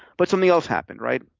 but something else happened, right?